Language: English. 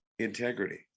Integrity